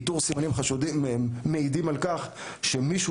איתור סימנים חשודים המעידים על כך שמישהו